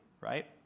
right